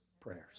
prayers